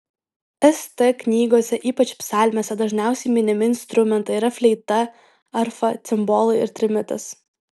st knygose ypač psalmėse dažniausiai minimi instrumentai yra fleita arfa cimbolai ir trimitas